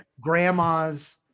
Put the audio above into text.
grandma's